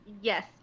Yes